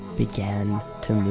began to move